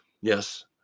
Yes